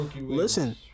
listen